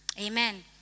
Amen